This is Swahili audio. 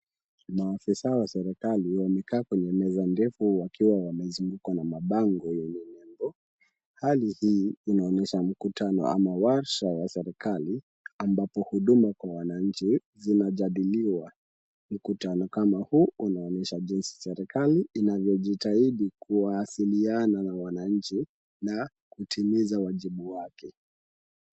Maafisa wa serikali wamekaa kwenye meza ndefu wakiwa wamezungukwa na mabango yenye nembo. Hali hii inaonyesha mkutano ama warsha wa serikali, ambapo huduma kwa wananchi zinajadiliwa. Mkutano kama huu unaonyesha jinsi serikali inavyojitahidi kuwasiliana na wananchi na kutimiza wajibu wake.